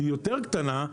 שהיא יותר קטנה,